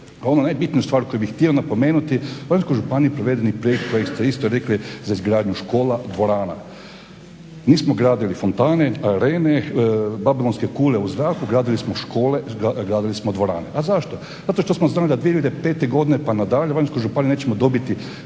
ona najbitnija stvar koju bih htio napomenuti, u Varaždinskoj županiji proveden je projekt koji ste isto rekli za izgradnju škola, dvorana. Nismo gradili fontane, arene, babilonske kule u zraku, gradili smo škole, gradili smo dvorane. A zašto, zato što smo znali da 2005. godine pa nadalje u Varaždinskoj županiji nećemo dobiti